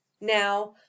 now